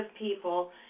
people